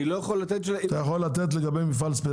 אני לא יכול לתת לגבי אחרים.